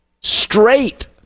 straight